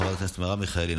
חברת הכנסת מרב מיכאלי,